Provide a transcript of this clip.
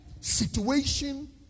situation